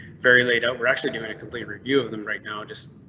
very laid out. we're actually doing a complete review of them right now. just.